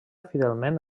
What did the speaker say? fidelment